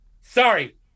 sorry